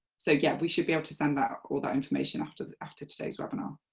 so yes, we should be able to send out all that information after after today's webinar.